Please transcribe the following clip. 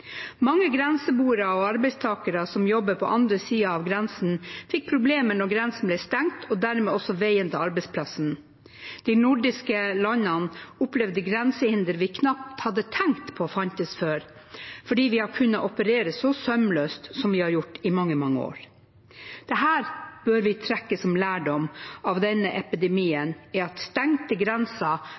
Mange grenseboere og arbeidstakere som jobber på andre siden av grensen, fikk problemer da grensen ble stengt og dermed også veien til arbeidsplassen. De nordiske landene opplevde grensehinder vi knapt hadde tenkt fantes før, fordi vi har kunnet operere så sømløst som vi har gjort i mange, mange år. Det vi bør trekke som lærdom av denne epidemien, er at stengte